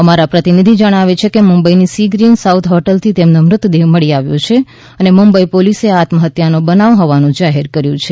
અમારા પ્રતિનિધિ જણાવે છે કે મુંબઈની સી ગ્રીન સાઉથ હોટલથી તેમનો મૃતદેહ મળી આવ્યો છે અને મુંબઈ પોલીસે આ આત્મહત્યાનો બનાવ હોવાનું જાહેર કર્યું છે